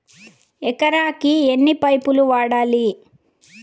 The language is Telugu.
ఎకరాకి ఎన్ని పైపులు వాడాలి?